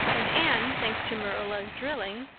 and anne, thanks to marilla's drilling,